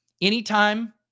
Anytime